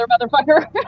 motherfucker